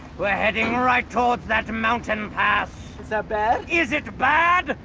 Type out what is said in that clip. we're heading right towards that mountain pass. is that bad? is it bad?